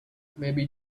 maybe